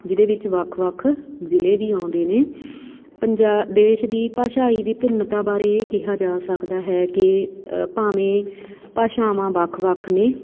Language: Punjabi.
ਜਿਹਦੇ ਵਿੱਚ ਵੱਖ ਵੱਖ ਜ਼ਿਲ੍ਹੇ ਵੀ ਆਉਂਦੇ ਨੇ ਪੰਜਾ ਦੇਸ਼ ਦੀ ਭਾਸ਼ਾਈ ਵਿਭਿੰਨਤਾ ਬਾਰੇ ਇਹ ਕਿਹਾ ਜਾ ਸਕਦਾ ਹੈ ਕਿ ਭਾਵੇਂ ਭਾਸ਼ਾਵਾਂ ਵੱਖ ਵੱਖ ਨੇ